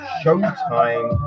showtime